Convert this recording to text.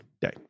day